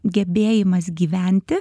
gebėjimas gyventi